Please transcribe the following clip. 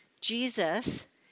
Jesus